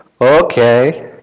Okay